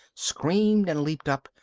screamed and leaped up,